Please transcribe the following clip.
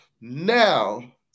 now